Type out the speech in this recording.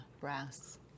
brass